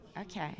Okay